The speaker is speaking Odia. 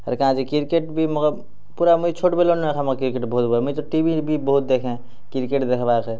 ଆର କାଜି କ୍ରିକେଟ୍ ବି ମୋର ପୁରା ମୁଇଁ ଛୋଟ ବେଲୁ ନାଇଁ ହବ କ୍ରିକେଟ୍ ବହୁତ ଭଲ ମୁଇଁ ତ ଟିଭି ବି ବହୁତ ଦେଖେ କ୍ରିକେଟ୍ ଦେଖବାର୍ କେ